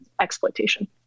exploitation